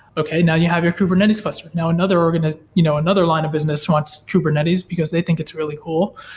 okay, now you have your kubernetes cluster, now another um and you know another line of business wants kubernetes, because they think it's really cool.